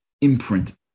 imprint